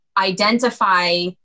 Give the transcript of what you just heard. identify